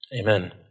Amen